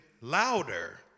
louder